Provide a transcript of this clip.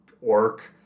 orc